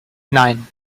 nein